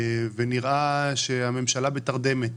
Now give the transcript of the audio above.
ונראה שהממשלה בתרדמת.